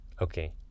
okay